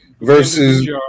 versus